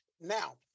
now